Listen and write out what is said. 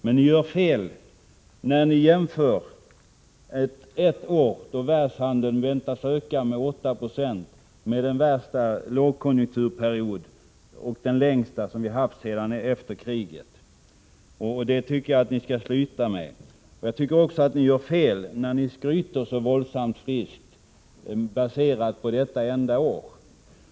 Men ni gör fel när ni jämför ett år då världshandeln väntas öka med 8 96 med den värsta och längsta lågkonjunkturperiod som vi har haft efter kriget. Det tycker jag att ni skall sluta med. Jag tycker också att ni gör fel när ni skryter så våldsamt över resultat baserade på detta enda år.